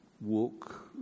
Walk